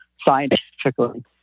scientifically